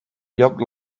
lloc